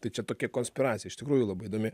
tai čia tokia konspiracija iš tikrųjų labai įdomi